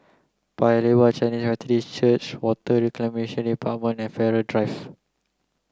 Paya Lebar Chinese Methodist Church Water Reclamation Department and Farrer Drive